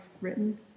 written